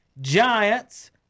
Giants